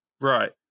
Right